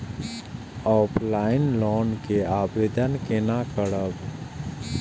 Offline loan के आवेदन केना करब?